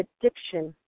addiction